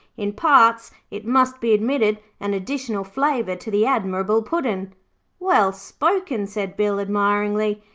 imparts, it must be admitted, an additional flavour to the admirable puddin' well spoken said bill, admiringly.